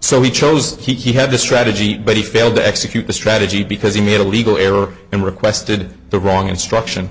so he chose he had the strategy but he failed to execute the strategy because he made a legal error and requested the wrong instruction